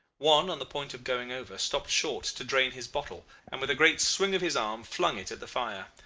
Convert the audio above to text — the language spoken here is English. one, on the point of going over, stopped short to drain his bottle, and with a great swing of his arm flung it at the fire.